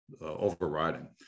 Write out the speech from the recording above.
overriding